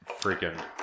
freaking